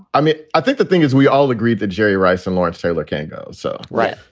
i mean, i think the thing is we all agree that jerry rice and lawrence taylor can't go so. right.